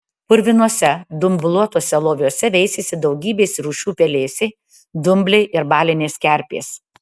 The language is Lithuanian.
purvinuose dumbluotuose loviuose veisėsi daugybės rūšių pelėsiai dumbliai ir balinės kerpės